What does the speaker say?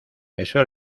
eso